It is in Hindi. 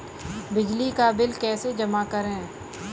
बिजली का बिल कैसे जमा करें?